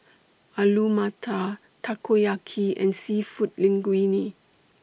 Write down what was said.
Alu Matar Takoyaki and Seafood Linguine